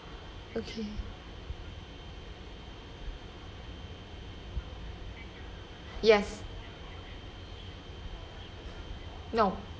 okay yes no